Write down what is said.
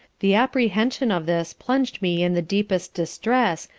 the apprehension of this plunged me in the deepest distress,